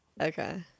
Okay